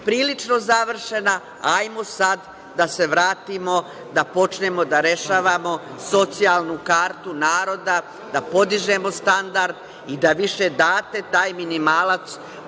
prilično završena, hajmo sada da se vratimo da počnemo da rešavamo socijalnu kartu naroda, da podižemo standard i da više date taj minimalac